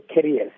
careers